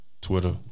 Twitter